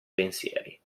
pensieri